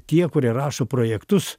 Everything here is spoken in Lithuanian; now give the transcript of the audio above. tie kurie rašo projektus